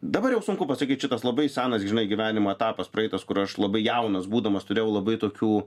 dabar jau sunku pasakyt šitas labai senas žinai gyvenimo etapas praeitas kur aš labai jaunas būdamas turėjau labai tokių